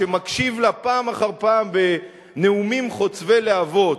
שמקשיב לה פעם אחר פעם בנאומים חוצבי להבות,